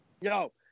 Yo